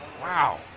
Wow